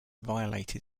violated